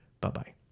Bye-bye